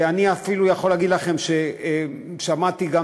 אני אפילו יכול להגיד לכם ששמעתי גם